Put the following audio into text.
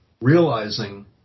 realizing